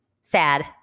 Sad